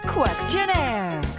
Questionnaire